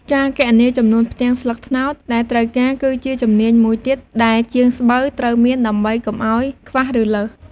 ការគណនា ចំនួនផ្ទាំងស្លឹកត្នោតដែលត្រូវការ គឺជាជំនាញមួយទៀតដែលជាងស្បូវត្រូវមាន ដើម្បីកុំឲ្យខ្វះ ឬលើស។